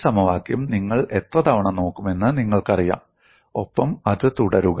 ഈ സമവാക്യം നിങ്ങൾ എത്ര തവണ നോക്കുമെന്ന് നിങ്ങൾക്കറിയാം ഒപ്പം അത് തുടരുക